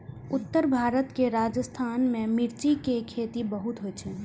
उत्तर भारत के राजस्थान मे मिर्च के खेती बहुत होइ छै